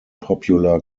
popular